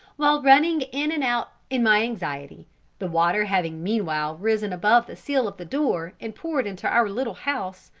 while running in and out in my anxiety the water having meanwhile risen above the sill of the door, and poured into our little house,